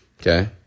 Okay